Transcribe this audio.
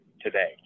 today